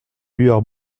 lueurs